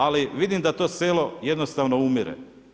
Ali, vidim da to selo, jednostavno umire.